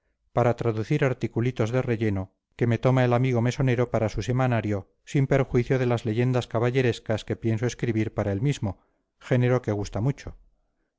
para traducir articulitos de relleno que me toma el amigo mesonero para su semanario sin perjuicio de las leyendas caballerescas que pienso escribir para el mismo género que gusta mucho